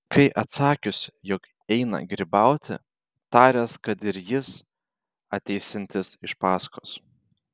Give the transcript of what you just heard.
kai atsakiusi jog eina grybauti taręs kad ir jis ateisiantis iš paskos